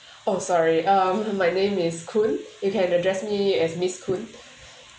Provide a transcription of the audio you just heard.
oh sorry um my name is koon you can address me as miss koon